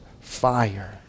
fire